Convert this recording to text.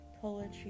poetry